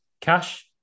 Cash